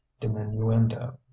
diminuendo